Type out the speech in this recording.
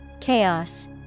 Chaos